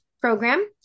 program